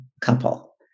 couple